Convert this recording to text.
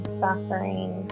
suffering